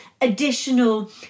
additional